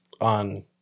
on